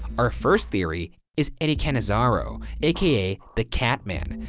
our first theory is eddie cannizzaro, aka the cat man.